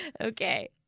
Okay